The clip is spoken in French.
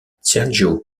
sergio